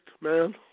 man